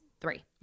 three